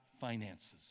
finances